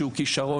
שהוא כישרון,